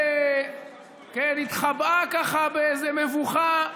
התחבאה ככה באיזו מבוכה,